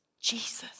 Jesus